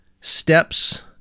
steps